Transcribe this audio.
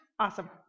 Awesome